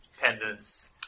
pendants